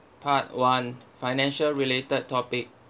part one financial related topic